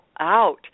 out